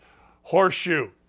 horseshoe